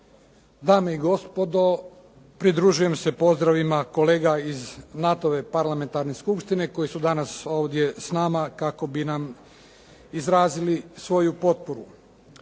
dame i gospodo. Pridružujem se pozdravima kolega iz NATO-ve Parlamentarne skupštine koji su danas ovdje s nama kako bi nam izrazili svoju potporu.